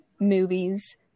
movies